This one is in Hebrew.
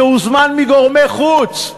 שהוזמן מגורמי חוץ.